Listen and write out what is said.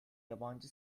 yabancı